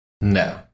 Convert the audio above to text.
No